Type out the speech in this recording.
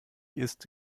ist